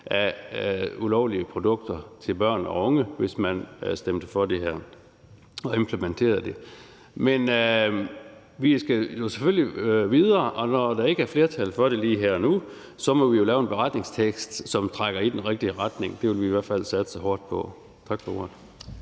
af ulovlige produkter til børn og unge, hvis man stemte for det her og implementerede det. Men vi skal selvfølgelig videre, og når der ikke er flertal for det lige her og nu, må vi jo lave en beretningstekst, som trækker i den rigtige retning. Det vil vi i hvert fald satse hårdt på. Tak for ordet.